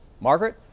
Margaret